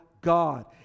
God